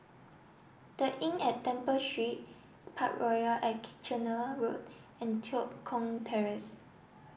the Inn at Temple Street Parkroyal at Kitchener Road and Tua Kong Terrace